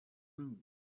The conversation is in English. moon